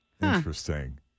Interesting